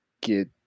get